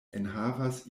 enhavas